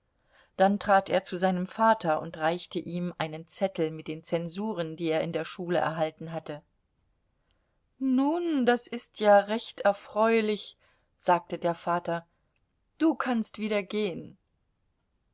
dann trat er zu seinem vater und reichte ihm einen zettel mit den zensuren die er in der schule erhalten hatte nun das ist ja recht erfreulich sagte der vater du kannst wieder gehen